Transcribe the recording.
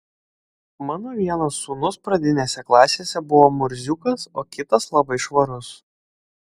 mano vienas sūnus pradinėse klasėse buvo murziukas o kitas labai švarus